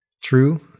True